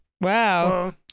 wow